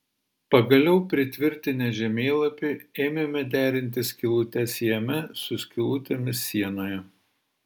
pagaliau pritvirtinę žemėlapį ėmėme derinti skylutes jame su skylutėmis sienoje